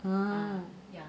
um